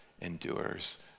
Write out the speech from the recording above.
endures